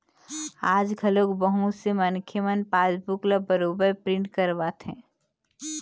आज घलोक बहुत से मनखे मन पासबूक ल बरोबर प्रिंट करवाथे